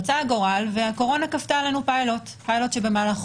רצה הגורל והקורונה כפתה עלינו פילוט שבמהלכו